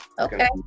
Okay